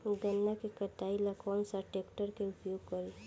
गन्ना के कटाई ला कौन सा ट्रैकटर के उपयोग करी?